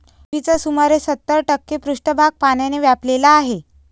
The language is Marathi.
पृथ्वीचा सुमारे सत्तर टक्के पृष्ठभाग पाण्याने व्यापलेला आहे